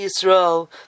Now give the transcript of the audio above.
Yisrael